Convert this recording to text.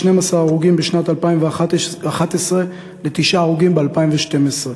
מ-12 הרוגים בשנת 2011 לתשעה הרוגים ב-2012.